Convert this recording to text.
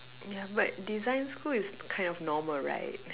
ya but design school is kind of normal right